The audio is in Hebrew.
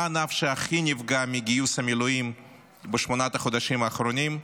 מה הענף שהכי נפגע מגיוס המילואים בשמונת החודשים האחרונים?